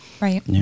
Right